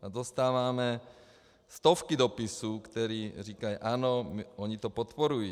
A dostáváme stovky dopisů, které říkají ano, oni to podporují.